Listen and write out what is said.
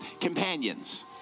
companions